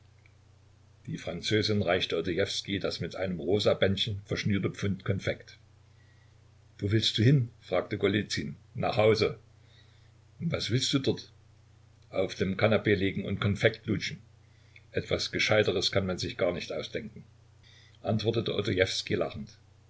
die französin reichte odojewskij das mit einem rosa bändchen verschnürte pfund konfekt wo willst du hin fragte golizyn nach hause was willst du dort auf dem kanapee liegen und konfekt lutschen etwas gescheiteres kann man sich gar nicht ausdenken antwortete odojewskij lachend